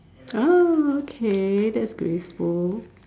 uh okay that's graceful